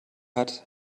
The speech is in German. hat